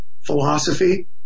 philosophy